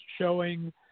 showing